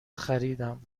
خریدم